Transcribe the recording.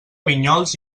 vinyols